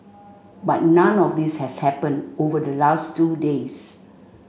but none of this has happened over the last two days